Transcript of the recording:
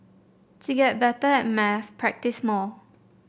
to get better at maths practise more